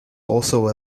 also